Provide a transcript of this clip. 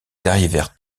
arrivèrent